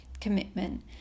commitment